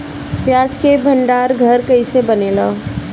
प्याज के भंडार घर कईसे बनेला?